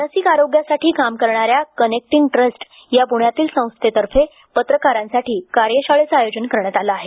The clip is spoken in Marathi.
मानसिक आरोग्यासाठी काम करणाऱ्या कनेक्टींग ट्स्ट या प्ण्यातील संस्थेतर्फे पत्रकारांसाठी कार्यशाळेचं आयोजन करण्यात आलं आहे